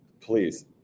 Please